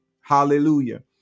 Hallelujah